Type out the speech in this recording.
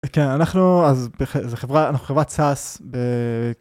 כן אנחנו אז איזה חברה אנחנו חברה סאס.